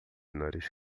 nariz